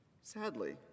Sadly